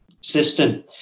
system